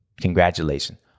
Congratulations